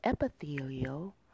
epithelial